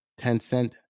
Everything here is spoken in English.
Tencent